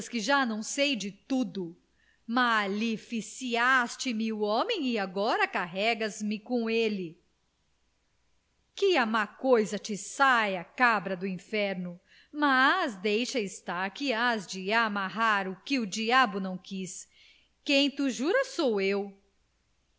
já não sei de tudo maleficiaste me o homem e agora carregas me com ele que a má coisa te saiba cabra do inferno mas deixa estar que hás de amargar o que o diabo não quis quem to jura sou eu